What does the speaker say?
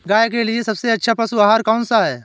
गाय के लिए सबसे अच्छा पशु आहार कौन सा है?